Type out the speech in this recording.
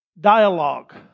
Dialogue